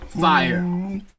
Fire